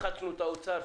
לחצנו את האוצר,